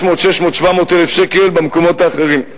וכ-500,000, 600,000, 700,000 שקל במקומות האחרים.